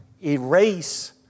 erase